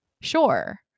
Sure